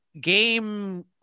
game